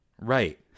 Right